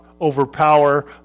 overpower